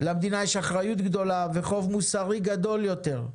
שלמדינה יש אחריות גדולה וחוב מוסרי גדול יותר,